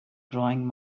drawing